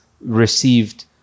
received